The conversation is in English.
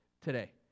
today